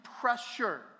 pressure